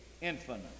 infinite